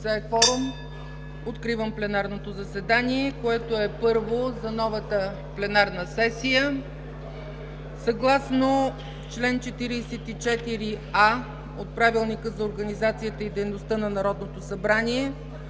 Откривам пленарното заседание, което е първо за новата пленарна сесия. Съгласно чл. 44а от Правилника за организацията и дейността на Народното събрание,